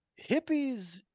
hippies